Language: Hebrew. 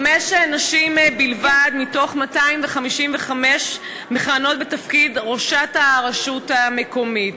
חמש נשים בלבד מתוך 255 מכהנות בתפקיד ראשת הרשות המקומית.